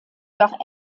doch